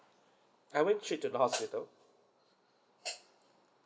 I went straight to the hospital